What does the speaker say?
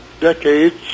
decades